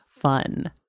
fun